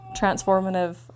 transformative